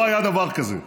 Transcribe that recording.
לא היה דבר כזה,